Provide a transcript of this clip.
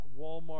Walmart